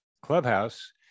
Clubhouse